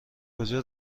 کجا